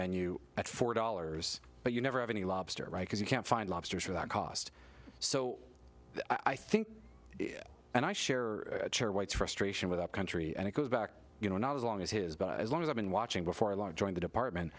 menu at four dollars but you never have any lobster because you can't find lobsters for that cost so i think and i share a chair white's frustration with our country and it goes back you know not as long as his but as long as i've been watching before long join the department